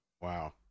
Wow